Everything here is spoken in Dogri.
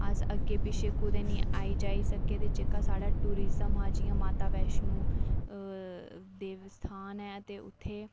अस कुतै निं अग्गें पिच्छें आई जाई निं सकै ते जेह्का साढ़ा टूरिज्म हा जि'यां साढ़ा माता वैष्णो देवी स्थान ऐ ते उत्थै